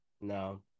No